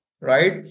right